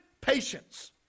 patience